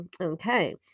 Okay